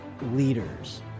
Leaders